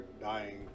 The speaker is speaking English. dying